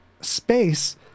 space